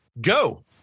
Go